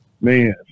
man